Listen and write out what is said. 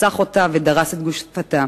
רצח אותה ודרס את גופתה.